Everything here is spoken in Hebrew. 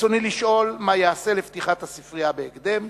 רצוני לשאול: 1. מה ייעשה לפתיחת הספרייה בהקדם?